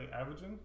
averaging